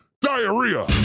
diarrhea